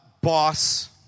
boss